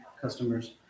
customers